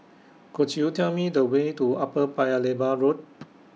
Could YOU Tell Me The Way to Upper Paya Lebar Road